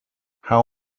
how